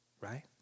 right